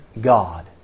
God